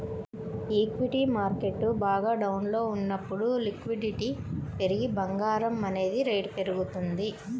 equity market బాగా డౌన్లో ఉన్నప్పుడు లిక్విడిటీ పెరిగి బంగారం అనేది రేటు పెరుగుతుంది